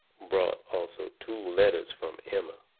brought also two letters from emma.